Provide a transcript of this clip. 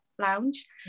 lounge